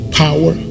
power